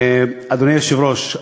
אדוני היושב-ראש,